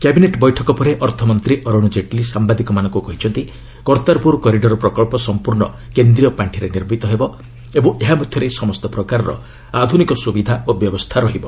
cabinet ବୈଠକ ପରେ ଅର୍ଥମନ୍ତୀ ଅରୁଣ ଜେଟଲୀ ସାମ୍ଭାଦିକମାନଙ୍କୁ କହିଛନ୍ତି କର୍ତ୍ତାପୁର କରିଡ଼ର୍ ପ୍ରକଳ୍ପ ସଂପ୍ରର୍ଶ୍ଣ କେନ୍ଦ୍ରୀୟ ପାଣ୍ଠିରେ ନିର୍ମିତ ହେବ ଓ ଏହା ମଧ୍ୟରେ ସମସ୍ତ ପ୍ରକାରର ଆଧୁନିକ ସୁବିଧା ଓ ବ୍ୟବସ୍ଥା ରହିବ